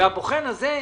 והבוחן הזה,